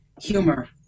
humor